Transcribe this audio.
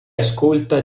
ascolta